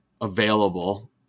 available